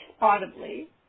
audibly